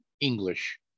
English